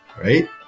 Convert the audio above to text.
right